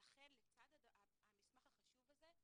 לכן לצד המסמך החשוב הזה,